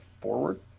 forward